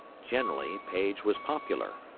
generally, paige was popular.